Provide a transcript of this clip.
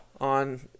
on